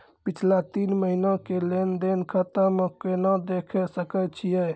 पिछला तीन महिना के लेंन देंन खाता मे केना देखे सकय छियै?